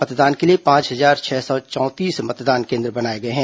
मतदान के लिए पांच हजार छह सौ चौंतीस मतदान केन्द्र बनाए गए हैं